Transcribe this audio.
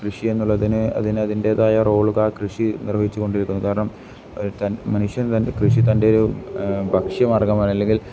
കൃഷി എന്നുള്ളതിന് അതിന് അതിൻ്റേതായ റോളുകൾ കൃഷി നിർവഹിച്ചു കൊണ്ടിരുന്നു കാരണം തൻ മനുഷ്യൻ തൻ്റെ കൃഷി തൻ്റെ ഒരു ഭക്ഷ്യമാർഗ്ഗമാണ് അല്ലെങ്കിൽ